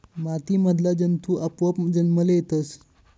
माती मधला जंतु आपोआप जन्मले येतस